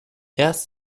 erst